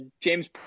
James